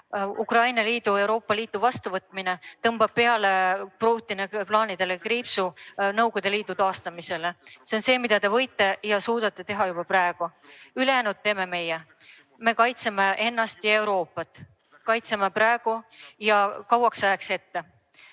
Ukraina Euroopa Liitu vastuvõtmine tõmbab kriipsu peale Putini plaanidele Nõukogude Liidu taastamiseks. See on see, mida te võite ja suudate teha juba praegu. Ülejäänu teeme meie. Me kaitseme ennast ja Euroopat, kaitseme praegu ja kauaks ajaks ette.